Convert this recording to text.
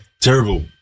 terrible